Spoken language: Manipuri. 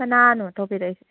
ꯀꯅꯥꯅꯣ ꯇꯧꯕꯤꯔꯛꯏꯁꯦ